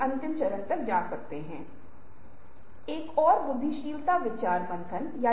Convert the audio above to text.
यदि आप शुरुआत में सही याद करते हैं तो हमने कहा कि आपको रचनात्मक सोच से विश्लेषणात्मक सोच को अलग करने की आवश्यकता है